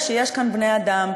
אלא שיש כאן בני-אדם,